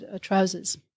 trousers